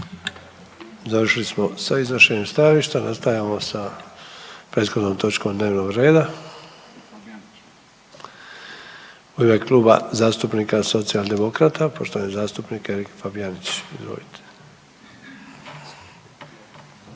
Završili smo sa iznošenjem stajališta. Nastavljamo sa prethodnom točkom dnevnoga reda. U ime Kluba zastupnika Socijaldemokrata poštovani zastupnik Erik Fabijanić. Izvolite.